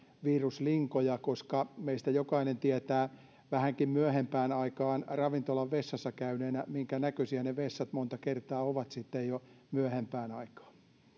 viruslinkoja koska monessa ravintolassahan ne ovat varsin pienet meistä jokainen vähänkin myöhempään aikaan ravintolan vessassa käyneenä tietää minkänäköisiä ne vessat monta kertaa ovat sitten jo myöhempään aikaan